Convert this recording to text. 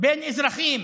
בין אזרחים,